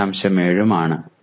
7 ഉം ആണ്